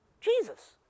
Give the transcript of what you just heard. Jesus